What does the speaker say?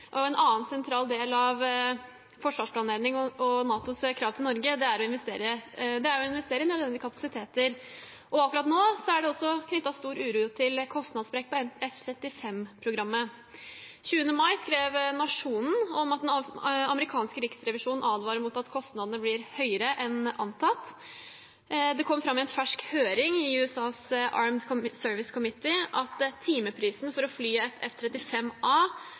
En annen sentral del av forsvarsplanleggingen og NATOs krav til Norge er å investere i nødvendige kapasiteter. Akkurat nå er det også knyttet stor uro til kostnadssprekken på F-35-programmet. Den 20. mai skrev Nationen at den amerikanske riksrevisjonen advarer mot at kostnadene blir høyere enn antatt. Det kom fram i en fersk høring i USAs Armed Services Committee at timeprisen for å fly et F-35A nå for tiden ligger på rundt 274 000 norske kroner, mens det norske luftforsvaret opplyser til Aftenposten at timeprisen for å fly